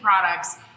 products